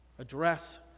address